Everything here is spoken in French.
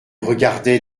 regardait